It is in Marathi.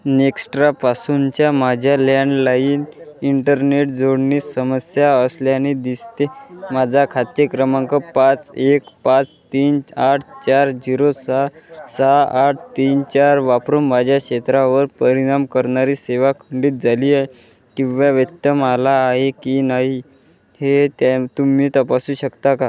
नेक्स्ट्रापासूनच्या माझ्या लँडलाईन इंटरनेट जोडणी समस्या असल्याने दिसते माझा खाते क्रमांक पाच एक पाच तीन आठ चार झिरो सहा सहा आठ तीन चार वापरून माझ्या क्षेत्रावर परिणाम करणारी सेवा खंडित झाली आहे किंवा व्यत्यय आला आहे की नाही हे त्या तुम्ही तपासू शकता का